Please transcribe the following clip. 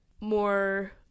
more